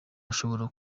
ashobora